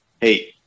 hey